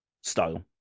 style